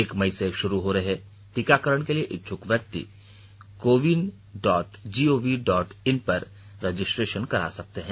एक मई से शुरू हो रहे टीकाकरण के लिए इच्छक व्यक्ति CoWIN dot gov dot in पर रजिस्ट्रेशन करा सकर्त हैं